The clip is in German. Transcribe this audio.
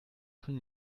von